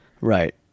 right